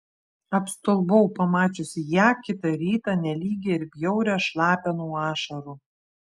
apstulbau pamačiusi ją kitą rytą nelygią ir bjaurią šlapią nuo ašarų